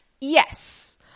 Yes